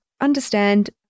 Understand